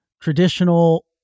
traditional